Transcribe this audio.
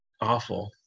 awful